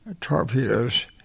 torpedoes